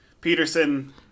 Peterson